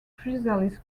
chrysalis